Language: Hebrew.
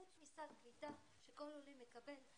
חוץ מסל קליטה שכל עולה מקבל,